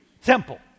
Simple